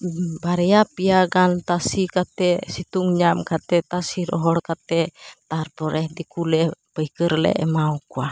ᱵᱟᱨᱭᱟ ᱯᱮᱭᱟ ᱜᱟᱱ ᱛᱟᱥᱮ ᱠᱟᱛᱮ ᱥᱤᱛᱩᱝ ᱧᱟᱢ ᱠᱟᱛᱮ ᱛᱟᱥᱮ ᱨᱚᱦᱚᱲ ᱠᱟᱛᱮ ᱛᱟᱨᱯᱚᱨᱮ ᱫᱤᱠᱩᱞᱮ ᱯᱟᱹᱭᱠᱟᱹᱨ ᱞᱮ ᱮᱢᱟᱣᱟᱠᱚᱣᱟ